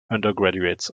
undergraduates